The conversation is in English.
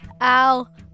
Al